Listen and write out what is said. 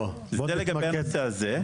זה לגבי הקטע הזה.